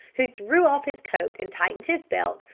who threw off his coat and tightened his belt,